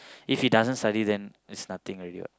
if he doesn't study then it's nothing already what